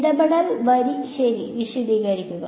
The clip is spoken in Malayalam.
ഇടപെടൽ ശരി വിശദീകരിക്കുക